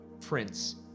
Prince